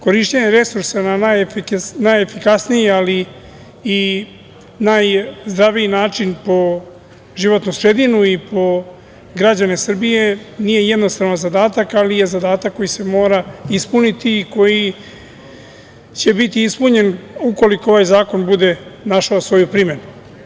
Korišćenje resursa na najefikasniji, ali i najzdraviji način po životnu sredinu i po građane Srbije nije jednostavan zadatak, ali je zadatak koji se mora ispuniti i koji će biti ispunjen ukoliko ovaj zakon bude našao svoju primenu.